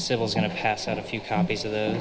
civil going to pass out a few copies of the